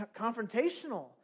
confrontational